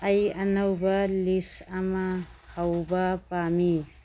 ꯑꯩ ꯑꯅꯧꯕ ꯂꯤꯁ ꯑꯃ ꯍꯧꯕ ꯄꯥꯝꯃꯤ